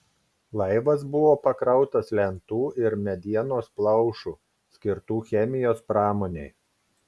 laivas buvo pakrautas lentų ir medienos plaušų skirtų chemijos pramonei